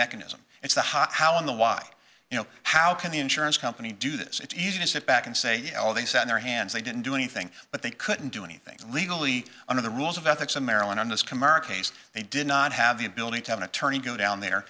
mechanism it's the hot how in the why you know how can the insurance company do this it's easy to sit back and say you know they sat on their hands they didn't do anything but they couldn't do anything legally under the rules of ethics in maryland on this commercial case they did not have the ability to have an attorney go down there